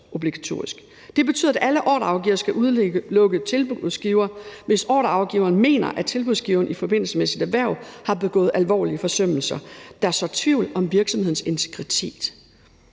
Det betyder, at alle ordregivere skal udelukke tilbudsgivere, hvis ordregiveren mener, at tilbudsgiveren i forbindelse med sit erhverv har begået alvorlige forsømmelser, der sår tvivl om virksomhedens integritet.